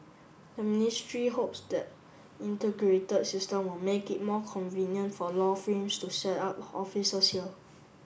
the ministry hopes that integrated system will make it more convenient for law frames to set up offices here